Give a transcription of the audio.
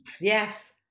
yes